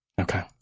Okay